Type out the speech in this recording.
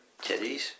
Titties